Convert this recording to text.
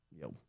yo